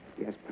Yes